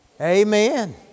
Amen